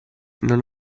non